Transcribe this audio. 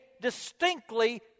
distinctly